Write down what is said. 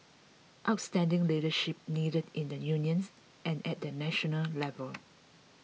outstanding leadership needed in the unions and at the national level